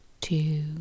two